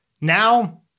Now